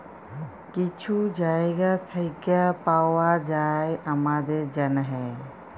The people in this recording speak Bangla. কিছু জায়গা থ্যাইকে পাউয়া যায় আমাদের জ্যনহে